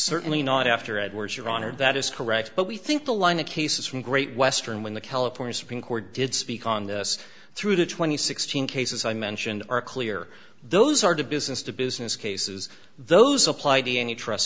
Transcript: certainly not after edwards your honor that is correct but we think the line of cases from great western when the california supreme court did speak on this through the twenty six thousand cases i mentioned are clear those are to business to business cases those applied to any trust